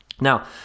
Now